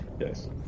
Yes